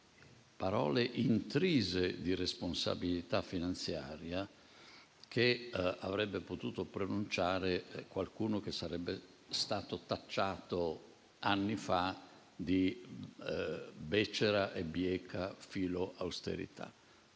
parole intrise di responsabilità finanziaria, che avrebbe potuto pronunciare qualcuno che anni fa sarebbe stato tacciato di becera e bieca filoausterità.